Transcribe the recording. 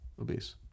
obese